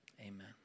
amen